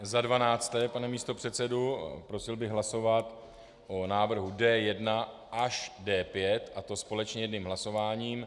Za dvanácté, pane místopředsedo, prosil bych hlasovat o návrhu D1 až D5, a to společně jedním hlasováním.